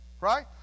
Right